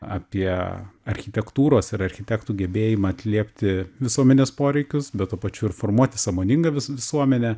apie architektūros ir architektų gebėjimą atliepti visuomenės poreikius bet tuo pačiu ir formuoti sąmoningą vis visuomenę